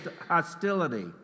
hostility